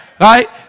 Right